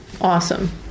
awesome